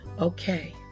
okay